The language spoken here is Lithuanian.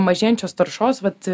mažėjančios taršos bet